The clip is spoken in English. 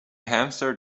hamster